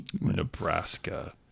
Nebraska